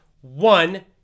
one